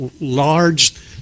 large